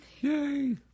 Yay